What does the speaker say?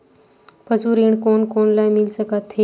पशु ऋण कोन कोन ल मिल सकथे?